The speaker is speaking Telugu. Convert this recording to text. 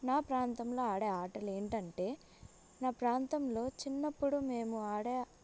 నా ప్రాంతంలో ఆడే ఆటలు ఏంటంటే నా ప్రాంతంలో చిన్నప్పుడు మేము ఆడే